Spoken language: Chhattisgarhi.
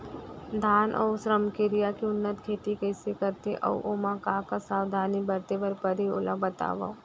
धान अऊ रमकेरिया के उन्नत खेती कइसे करथे अऊ ओमा का का सावधानी बरते बर परहि ओला बतावव?